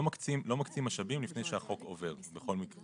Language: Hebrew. לא, לא מקצים משאבים לפני שהחוק עובר, בכל מקרה.